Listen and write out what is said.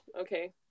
Okay